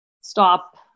stop